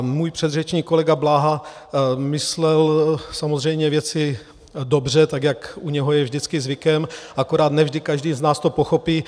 Můj předřečník kolega Bláha myslel samozřejmě věci dobře, tak jak u něho je vždycky zvykem, akorát ne vždy každý z nás to pochopí.